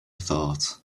thought